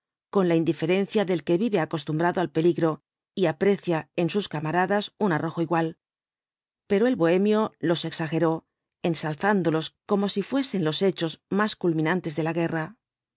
con la indiferencia del que vive acostumbrado al peligro y aprecia en sus cámara das un arrojo igual pero el bohemio los exageró ensalzándolos como si fuesen los hechos más culminantes de la guerra